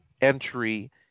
entry